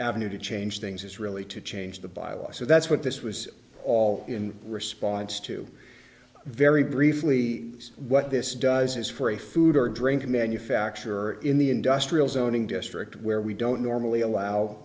avenue to change things is really to change the bylaws so that's what this was all in response to very briefly what this does is for a food or drink manufacturer in the industrial zoning district where we don't normally allow